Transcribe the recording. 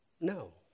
No